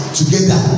together